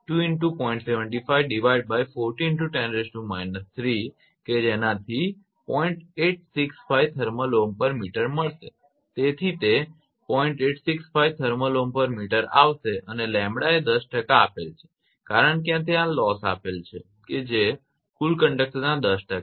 865 thermal ohmmetre આવશે અને 𝜆 એ 10 ટકા આપેલ છે કારણ કે ત્યાં લોસ આપેલો છે કે જે કુલ કંડકટરનાં 10 ટકા છે